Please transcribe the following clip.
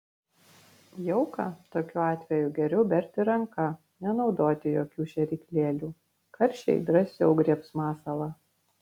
jauką tokiu atveju geriau berti ranka nenaudoti jokių šėryklėlių karšiai drąsiau griebs masalą